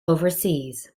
overseas